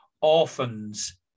orphans